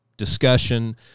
Discussion